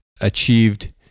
achieved